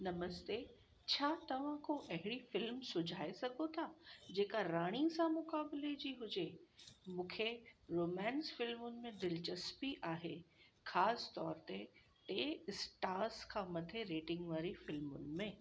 नमस्ते छा तव्हां को अहिड़ी फिल्म सुझाए सघो था जेका राणी सां मुकाबिले जी हुजे मूंखे रोमांस फिल्मुनि में दिलचस्पी आहे ख़ासतौरु ते टे स्टार्स खां मथे रेटिंग वारी फिल्मुनि में